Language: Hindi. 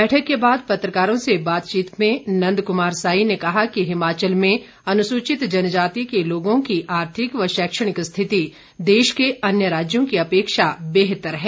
बैठक के बाद पत्रकारों से बातचीत में नंदकुमार साई ने कहा कि हिमाचल में अनुसूचित जनजाति के लोगों की आर्थिक व शैक्षणिक स्थिति देश के अन्य राज्यों की अपेक्षा बेहतर है